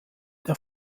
der